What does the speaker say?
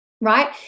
right